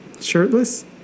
Shirtless